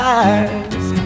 eyes